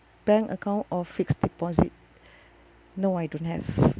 bank account or fixed deposit no I don't have